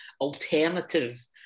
alternative